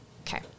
Okay